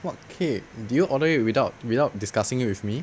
what cake did you order it without without discussing it with me